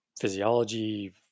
physiology